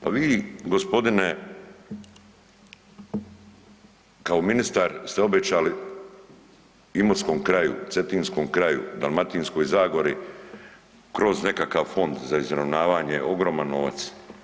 Pa vi gospodine kao ministar ste obećali imotskom kraju, cetinskom kraju, Dalmatinskoj zagori kroz nekakav fond za izravnavanje ogroman novac.